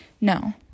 no